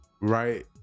right